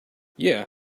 yeah